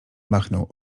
machnął